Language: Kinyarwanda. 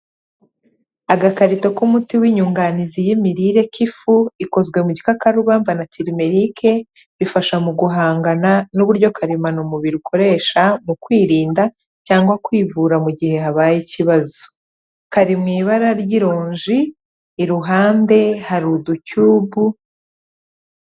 Agakarito k'umuti w'inyunganizi y'imirire k'ifu ikozwe mu gikakarubamba natirimerike bifasha mu guhangana n'uburyo karemano umubiri ukoresha mu kwirinda cyangwa kwivura mu gihe habaye ikibazo, kari mu ibara ry'ironji iruhande hari uducyubu.